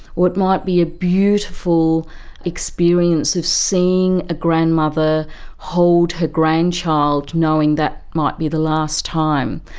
or it might be a beautiful experience of seeing a grandmother hold her grandchild, knowing that might be the last time.